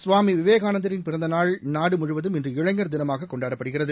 சுவாமி விவேகானந்தரின் பிறந்தநாள் நாடு முழுவதும் இன்று இளைஞர் தினமாகக் கொண்டாடப்படுகிறது